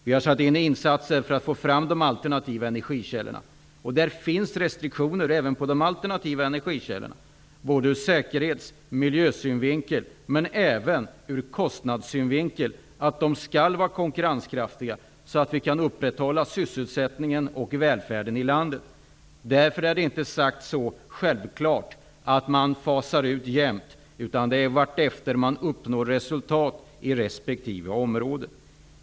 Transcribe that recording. Vi har satt in insatser för att få fram de alternativa energikällorna. Det finns restriktioner även för dem, både ur säkerhets och miljösynvinkel, men också ur kostnadssynvinkel. De skall vara konkurrenskraftiga, så att vi kan upprätthålla sysselsättningen och välfärden i landet. Därför är det inte självklart att man bör fasa ut i jämn takt -- man gör det vartefter resultat uppnås inom respektive område.